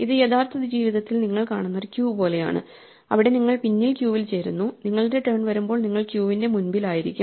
ഇത് യഥാർത്ഥ ജീവിതത്തിൽ നിങ്ങൾ കാണുന്ന ഒരു ക്യൂ പോലെയാണ് അവിടെ നിങ്ങൾ പിന്നിൽ ക്യൂവിൽ ചേരുന്നു നിങ്ങളുടെ ടേൺ വരുമ്പോൾ നിങ്ങൾ ക്യൂവിന്റെ മുൻപിൽ ആയിരിക്കും